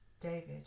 David